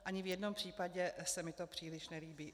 Ani v jednom případě se mi to příliš nelíbí.